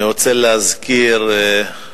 אני רוצה להזכיר לנו